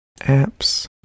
Apps